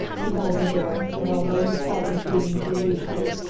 he held her there, but although his heart was beating with renewed hope,